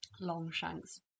Longshanks